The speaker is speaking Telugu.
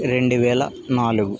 రెండు వేల నాలుగు